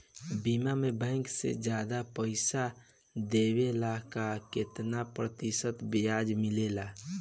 बीमा में बैंक से ज्यादा पइसा देवेला का कितना प्रतिशत ब्याज मिलेला?